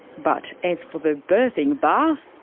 but as for the birthing bath,